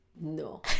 no